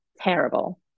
terrible